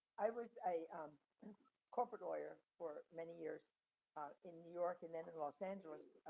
i was a um corporate lawyer for many years in new york, and then in los angeles.